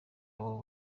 abo